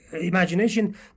imagination